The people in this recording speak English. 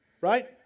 right